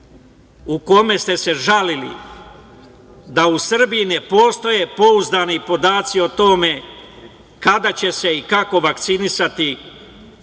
u kome ste se žalili da u Srbiji ne postoje pouzdani podaci o tome kada će se i kako vakcinisati, kojom